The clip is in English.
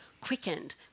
quickened